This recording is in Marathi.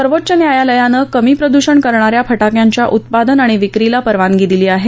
सर्वोच्च न्यायालयानं कमी प्रदूषण करणा या फटाक्यांच्या उत्पादन आणि विक्रीला परवानगी दिली आहे